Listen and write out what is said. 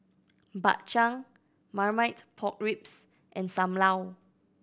Bak Chang Marmite Pork Ribs and Sam Lau